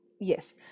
Yes